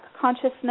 consciousness